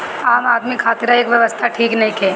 आम आदमी खातिरा एकर व्यवस्था ठीक नईखे